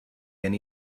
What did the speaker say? gen